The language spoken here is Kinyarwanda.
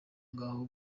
ngaho